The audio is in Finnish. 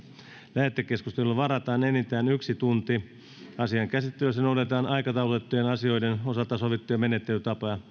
lähetekeskusteluun varataan enintään yksi tunti asian käsittelyssä noudatetaan aikataulutettujen asioiden osalta sovittuja menettelytapoja